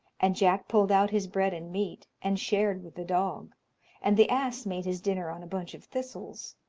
and jack pulled out his bread and meat, and shared with the dog and the ass made his dinner on a bunch of thistles.